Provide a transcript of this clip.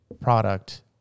product